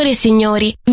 Signori